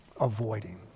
avoiding